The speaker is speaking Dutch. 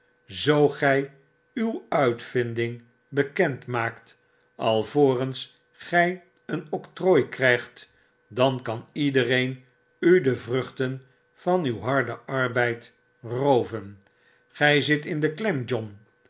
zoo gy uw uitvinding bekend maakt alvorens gy een octrooi krygt dan kan iedereen u de vruchten van uw harden arbeid rooven gij zit in de klem john